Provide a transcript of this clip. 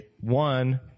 one